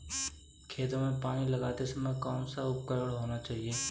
खेतों में पानी लगाते समय कौन सा उपकरण होना चाहिए?